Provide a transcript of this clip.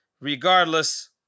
Regardless